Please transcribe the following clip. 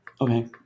Okay